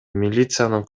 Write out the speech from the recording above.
милициянын